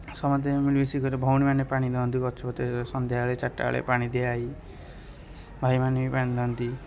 ସମସ୍ତେ ମିଳିମିଶି ଭଉଣୀ ମାନେ ପାଣି ଦିଅନ୍ତି ଗଛରେ ସନ୍ଧ୍ୟାବେଳେ ଚାରିଟା ବେଳେ ପାଣି ଦିଆ ହଇ ଭାଇମାନେ ବି ପାଣି ଦିଅନ୍ତି